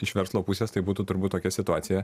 iš verslo pusės tai būtų turbūt tokia situacija